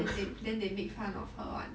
then they then they make fun of her [one]